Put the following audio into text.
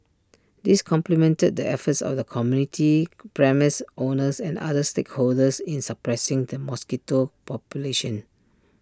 this complemented the efforts of the community premises owners and other stakeholders in suppressing the mosquito population